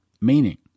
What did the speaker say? Meaning